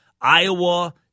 Iowa